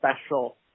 special